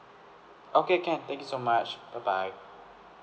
okay can thank you so much bye bye